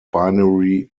binary